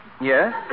Yes